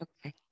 okay